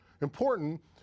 important